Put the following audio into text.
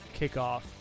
kickoff